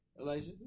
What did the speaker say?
Elijah